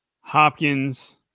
Hopkins